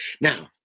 now